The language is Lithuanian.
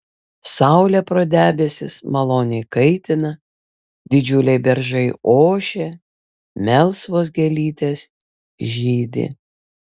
saulė pro debesis maloniai kaitina didžiuliai beržai ošia melsvos gėlytės žydi